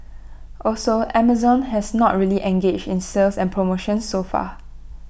also Amazon has not really engaged in sales and promotions so far